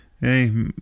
Hey